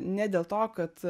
ne dėl to kad